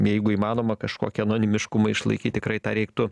jeigu įmanoma kažkokį anonimiškumą išlaikyt tikrai tą reiktų